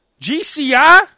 GCI